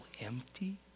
empty